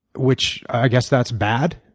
which i guess that's bad,